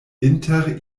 inter